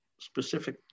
specific